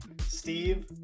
Steve